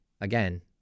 again